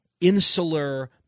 insular